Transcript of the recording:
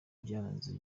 byaranze